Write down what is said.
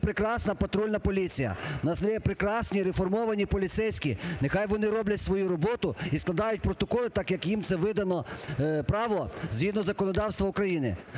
протоколи так, як їм видано це право згідно законодавства України.